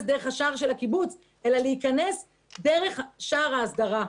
דרך השער של הקיבוץ אלא להיכנס דרך שער ההסדרה.